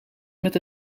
met